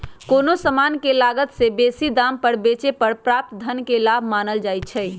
कोनो समान के लागत से बेशी दाम पर बेचे पर प्राप्त धन के लाभ मानल जाइ छइ